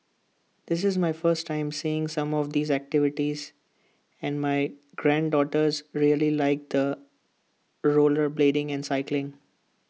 this is my first time seeing some of these activities and my granddaughters really liked the rollerblading and cycling